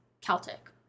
Celtic